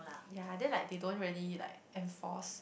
ya then like they don't really like enforce